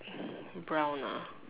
brown ah